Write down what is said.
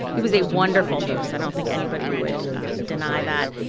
he was a wonderful host. i don't think anybody would deny that.